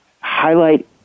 highlight